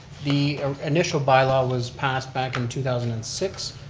the initial by-law was passed back in two thousand and six,